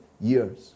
years